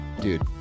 dude